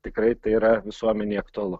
tikrai tai yra visuomenei aktualu